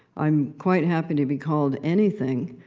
i'm quite happy to be called anything,